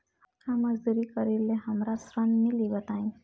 हम मजदूरी करीले हमरा ऋण मिली बताई?